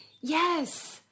Yes